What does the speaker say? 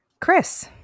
Chris